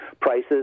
prices